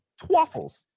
Twaffles